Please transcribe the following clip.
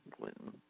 Clinton